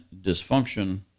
dysfunction